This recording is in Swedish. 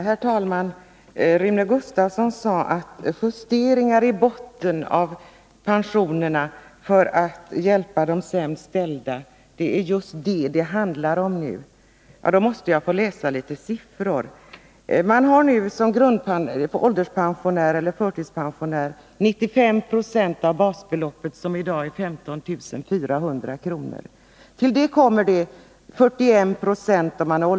Herr talman! Rune Gustavsson sade att det som det just nu handlar om är justeringar i botten av pensionerna, för att hjälpa de sämst ställda. Jag måste med anledning av det redogöra för några siffror. vilket i dag är 15 400 kr. För ålderspensionärer läggs till detta ytterligare 41 procentenheter.